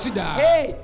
Hey